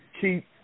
keep